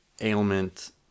ailment